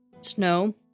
Snow